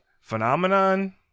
phenomenon